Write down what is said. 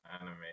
anime